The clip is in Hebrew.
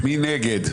מי נגד?